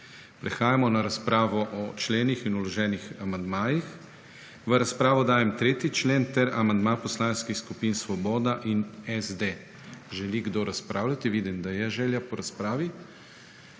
Prehajamo na razpravo o členih in vloženih amandmajih. V razpravo dajem 3. člen ter amandma Poslanskih skupin Svoboda in SD. Želi kdo razpravljati? (Da.) Vidim, da je želja po razpravi.